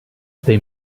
they